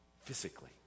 Physically